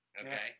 Okay